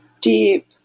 deep